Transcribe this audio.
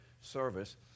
service